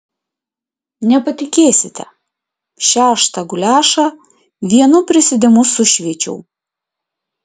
nepatikėsite šeštą guliašą vienu prisėdimu sušveičiau